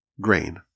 grain